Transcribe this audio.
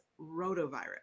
rotavirus